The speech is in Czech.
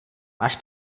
máš